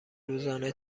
روزانه